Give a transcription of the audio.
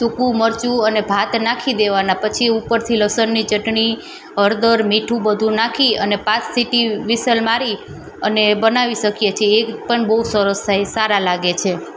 સૂકું મરચું અને ભાત નાખી દેવાના પછી ઉપરથી લસણની ચટણી હળદર મીઠું બધું નાખી અને પાંચ સિટી વિસલ મારી અને બનાવી શકીએ છીએ એ પણ બહુ સરસ થાય સારા લાગે છે